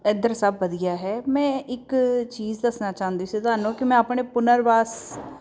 ਇਧਰ ਸਭ ਵਧੀਆ ਹੈ ਮੈਂ ਇੱਕ ਚੀਜ਼ ਦੱਸਣਾ ਚਾਹੁੰਦੀ ਸੀ ਤੁਹਾਨੂੰ ਕਿ ਮੈਂ ਆਪਣੇ ਪੁਨਰਵਾਸ